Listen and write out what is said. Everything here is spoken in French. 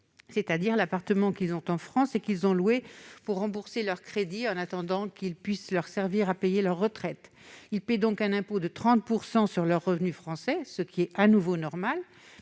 c'est-à-dire sur l'appartement qu'ils ont en France et qu'ils ont loué pour rembourser leur crédit en attendant qu'il puisse leur servir à payer leur retraite. Ils payent donc un impôt de 30 % sur leurs revenus français, ce qui, encore une fois,